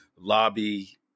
lobby